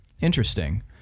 Interesting